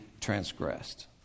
transgressed